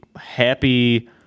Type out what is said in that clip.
happy